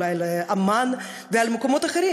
אולי על עמאן ועל מקומות אחרים,